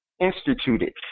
instituted